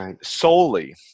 solely